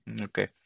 Okay